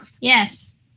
yes